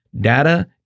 data